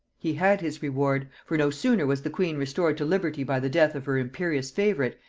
he had his reward for no sooner was the queen restored to liberty by the death of her imperious favorite,